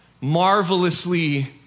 marvelously